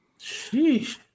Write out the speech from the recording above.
Sheesh